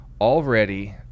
already